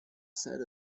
set